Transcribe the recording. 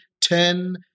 ten